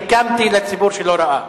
סיכמתי לציבור שלא ראה.